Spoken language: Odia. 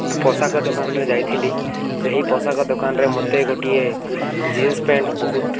ପୋଷାକ ଦୋକାନରେ ଯାଇଥିଲି ସେହି ପୋଷାକ ଦୋକାନରେ ମୋତେ ଗୋଟିଏ ଜିନ୍ସ ପ୍ୟାଣ୍ଟ୍ ବହୁତ